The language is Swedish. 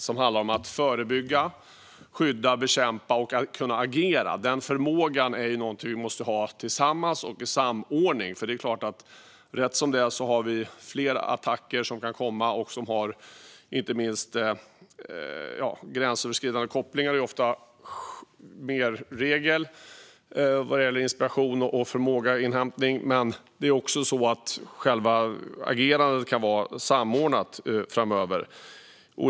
Det handlar om att förebygga, skydda, bekämpa och agera. Den förmågan måste vi ha tillsammans och med samordning. Rätt som det är kan det komma flera attacker. Gränsöverskridande kopplingar är ofta mer regel än undantag vad gäller inspiration och förmågeinhämtning. Men också själva agerandet kan vara samordnat framöver.